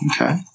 Okay